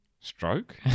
Stroke